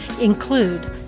include